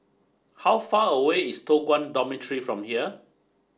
how far away is Toh Guan Dormitory from here